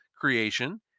creation